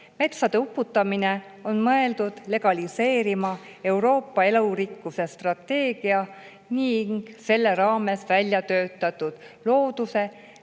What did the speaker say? Metsade uputamine on mõeldud legaliseerima Euroopa elurikkuse strateegiat ning selle raames välja töötatud looduse